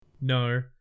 no